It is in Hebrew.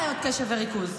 חברת הכנסת בן ארי,